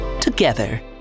together